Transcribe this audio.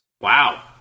Wow